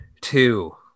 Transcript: two